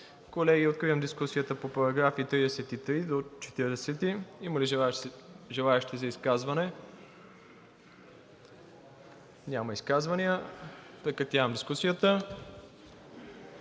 Колеги, откривам дискусията по § 33 до § 40. Има ли желаещи за изказване? Няма изказвания. Прекратявам дискусията.